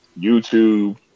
YouTube